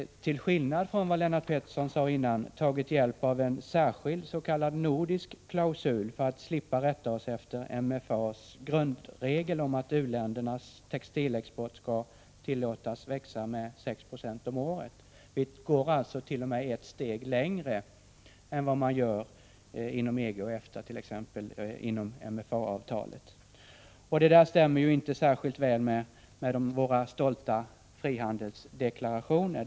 Till skillnad från vad Lennart Pettersson sade har vi tagit hjälp av en särskild nordisk klausul för att slippa rätta oss efter MFA: s grundregel om att u-ländernas textilexport skall tillåtas växa med 6 70 om året. Vi går alltså t.o.m. ett steg längre än vad man gör inom EG och EFTA när det gäller MFA-avtalet. Detta stämmer ju inte särskilt väl med våra stolta frihandelsdeklarationer.